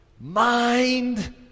mind